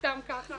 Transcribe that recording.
סתם ככה,